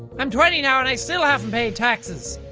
i'm twenty now and i still haven't paid taxes!